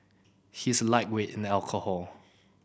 he is a lightweight in alcohol